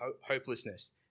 hopelessness